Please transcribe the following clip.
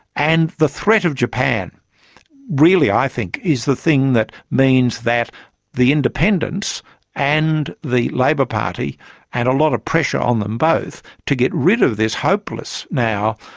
and the threat of japan really i think is the thing that means that the independents and the labor party and a lot of pressure on them both to get rid of this hopeless, now,